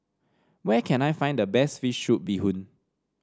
where can I find the best fish soup Bee Hoon